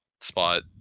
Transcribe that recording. spot